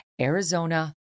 Arizona